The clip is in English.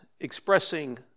expressing